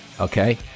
Okay